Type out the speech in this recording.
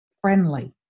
friendly